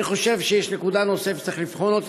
אני חושב שיש נקודה נוספת שצריך לבחון: